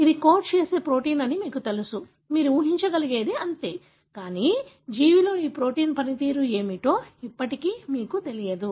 ఇది కోడ్ చేసే ప్రోటీన్ అని మీకు తెలుసు మీరు ఊహించగలిగేది అంతే కానీ జీవిలో ఈ ప్రోటీన్ పనితీరు ఏమిటో ఇప్పటికీ మీకు తెలియదు